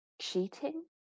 cheating